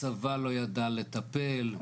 הצבא לא ידע לטפל,